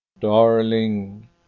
Darling